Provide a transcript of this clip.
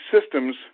systems